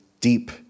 deep